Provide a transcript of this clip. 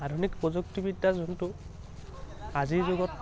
আধুনিক প্ৰযুক্তিবিদ্যা যোনটো আজিৰ যুগত